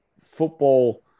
football